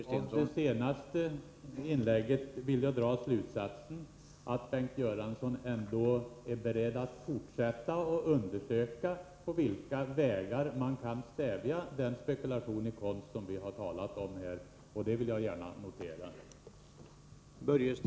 Herr talman! Av det senaste inlägget vill jag dra slutsatsen att Bengt Göransson ändå är beredd att fortsätta att undersöka på vilka vägar man kan stävja den spekulation i konst som vi har talat om här. Jag vill gärna notera det.